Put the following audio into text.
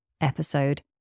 episode